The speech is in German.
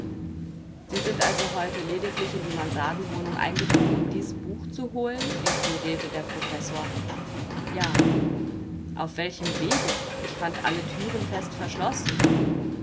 sie sind also heute lediglich in die mansardenwohnung eingedrungen um dies buch zu holen inquirierte der professor ja auf welchem wege ich fand alle thüren fest verschlossen